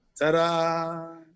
ta-da